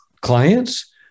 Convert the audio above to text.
clients